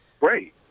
Great